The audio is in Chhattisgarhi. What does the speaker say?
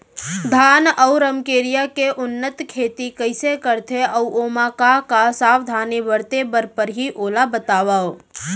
धान अऊ रमकेरिया के उन्नत खेती कइसे करथे अऊ ओमा का का सावधानी बरते बर परहि ओला बतावव?